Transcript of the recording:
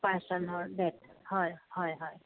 অপাৰেচনৰ date হয় হয় হয়